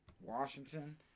Washington